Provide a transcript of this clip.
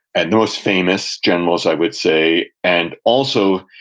and most famous generals, i would say, and also,